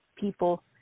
people